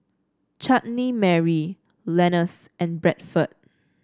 Chutney Mary Lenas and Bradford